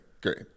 Great